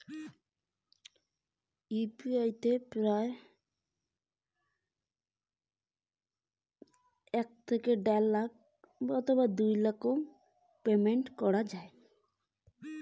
কত টাকা পর্যন্ত ইউ.পি.আই পেমেন্ট করা যায়?